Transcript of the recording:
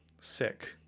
sick